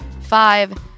Five